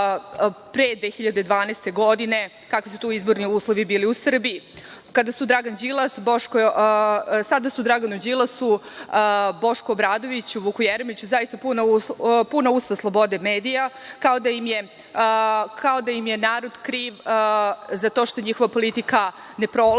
pre 2012. godine, kakvi su bili izborni uslovi u Srbiji. Sada su Draganu Đilasu, Bošku Obradoviću, Vuku Jeremiću, zaista puna usta slobode medija, kao da im je narod kriv za to što njihova politika ne prolazi,